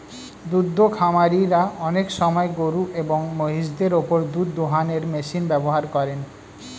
দুদ্ধ খামারিরা অনেক সময় গরুএবং মহিষদের ওপর দুধ দোহানোর মেশিন ব্যবহার করেন